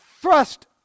thrust